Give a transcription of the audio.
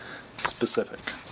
specific